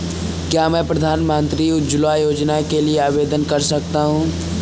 क्या मैं प्रधानमंत्री उज्ज्वला योजना के लिए आवेदन कर सकता हूँ?